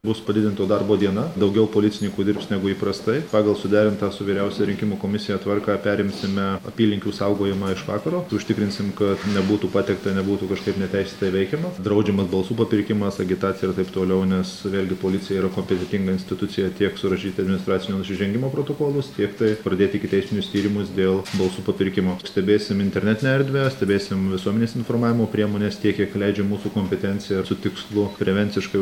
bus padidinto darbo diena daugiau policininkų dirbs negu įprastai pagal suderintą su vyriausiąja rinkimų komisija tvarką perimsime apylinkių saugojimą iš vakaro užtikrinsim kad nebūtų pateikta nebūtų kažkaip neteisėtai veikiama draudžiamas balsų papirkimas agitacija ir taip toliau nes vėl gi policija yra kompetentinga institucija tiek surašyti administracinio nusižengimo protokolus tiek tai pradėti ikiteisminius tyrimus dėl balsų papirkimo stebėsim internetinę erdvę stebėsim visuomenės informavimo priemones tiek kiek leidžia mūsų kompetencija su tikslu prevenciškai